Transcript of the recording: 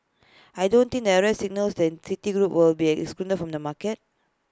I don't think the arrest signals that citigroup will be excluded from the market